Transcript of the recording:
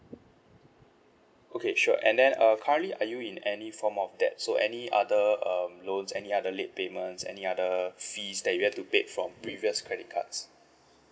okay sure and then uh currently are you in any form of that so any other um loans any other late payments any other fees that you have to pay from previous credit cards